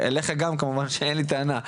כמובן שאליך גם אין לי טענה,